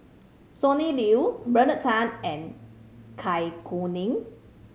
Sonny Liew Bernard Tan and Kuning